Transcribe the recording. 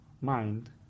mind